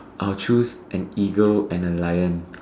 I'll choose an eagle and a lion